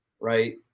Right